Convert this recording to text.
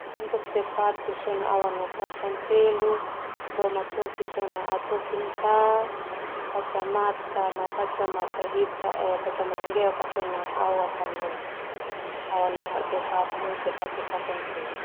Sepatu au anu pasan telu boma topi sona au topi ta kacamata nggeok sona au nung ta.